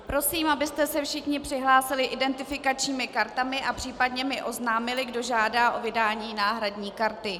Prosím, abyste se všichni přihlásili identifikačními kartami a případně mi oznámili, kdo žádá o vydání náhradní karty.